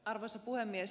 arvoisa puhemies